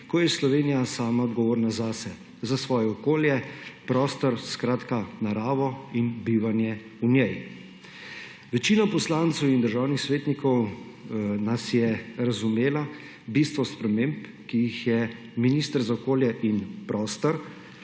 ko je Slovenija sama odgovorna zase, za svoje okolje, prostor; skratka, naravo in bivanje v njej. Večina poslancev in državnih svetnikov nas je razumelo bistvo sprememb, ki jih je minister za okolje in prostor